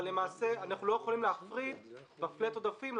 אבל אנחנו לא יכולים להפריד ב-flat עודפים,